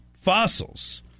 fossils